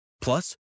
Plus